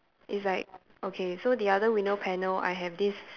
it's like okay so the other window panel I have this